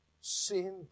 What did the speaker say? Sin